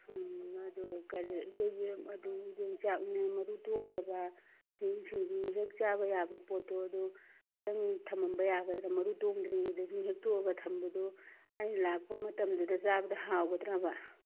ꯎꯝ ꯑꯗꯣ ꯀꯔꯤ ꯑꯩꯈꯣꯏꯒꯤ ꯑꯗꯨ ꯌꯣꯡꯆꯥꯛꯅꯦ ꯃꯔꯨ ꯇꯣꯡꯗꯕ ꯁꯨꯝ ꯁꯤꯡꯖꯨ ꯍꯦꯛ ꯆꯥꯕ ꯌꯥꯕ ꯄꯣꯠꯇꯣ ꯑꯗꯨ ꯈꯤꯇꯪ ꯊꯝꯂꯝꯕ ꯌꯥꯒꯗ꯭ꯔꯥ ꯃꯔꯨ ꯇꯣꯡꯗ꯭ꯔꯤꯉꯩꯗ ꯁꯨꯝ ꯍꯦꯛꯇꯣꯛꯂꯒ ꯊꯝꯕꯗꯨ ꯑꯩ ꯂꯥꯛꯄ ꯃꯇꯝꯗꯨꯗ ꯆꯥꯕꯗ ꯍꯥꯎꯒꯗ꯭ꯔꯕ